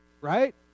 Right